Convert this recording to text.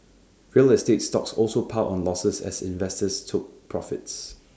real estate stocks also piled on losses as investors took profits